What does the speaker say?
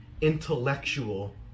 intellectual